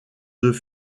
deux